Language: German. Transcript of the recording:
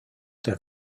der